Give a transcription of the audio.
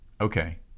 okay